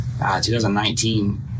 2019